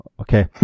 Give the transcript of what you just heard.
Okay